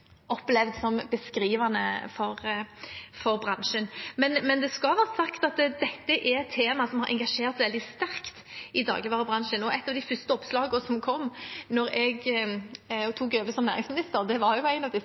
opplevd som beskrivende for bransjen. Det skal være sagt at dette er et tema som har engasjert veldig sterkt i dagligvarebransjen. Et av de første oppslagene som kom da jeg tok over som næringsminister, var da noen i bransjen var ute og sa at det var en